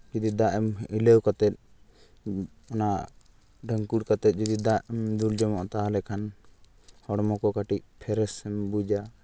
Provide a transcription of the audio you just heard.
ᱡᱩᱫᱤ ᱫᱟᱜ ᱮᱢ ᱦᱤᱞᱟᱹᱣ ᱠᱟᱛᱮᱫ ᱚᱱᱟ ᱰᱷᱟᱝᱠᱩᱲ ᱠᱟᱛᱮᱫ ᱡᱩᱫᱤ ᱫᱟᱜ ᱮᱢ ᱫᱩᱞ ᱡᱚᱱᱚᱜᱼᱟ ᱛᱟᱦᱚᱞᱮ ᱠᱷᱟᱱ ᱦᱚᱲᱢᱚ ᱠᱚ ᱠᱟᱹᱴᱤᱡ ᱯᱷᱨᱮᱥᱮᱢ ᱵᱩᱡᱟ